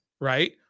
right